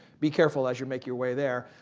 be careful as you make your way there.